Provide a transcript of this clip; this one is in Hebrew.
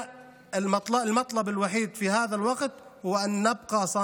בוואדי אל-נעם וברהט.